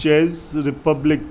chess republic